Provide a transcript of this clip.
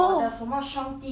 oh oh I know I know